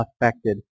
affected